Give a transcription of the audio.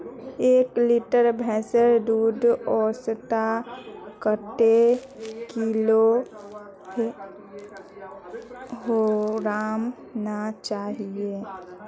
एक लीटर भैंसेर दूध औसतन कतेक किलोग्होराम ना चही?